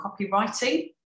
copywriting